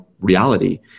reality